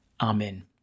Amen